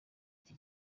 iki